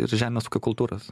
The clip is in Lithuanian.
ir žemės ūkio kultūros